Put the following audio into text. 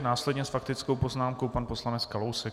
Následně s faktickou poznámkou pan poslanec Kalousek.